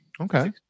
Okay